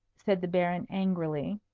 said the baron angrily.